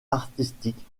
artistique